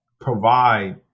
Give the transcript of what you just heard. provide